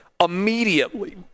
immediately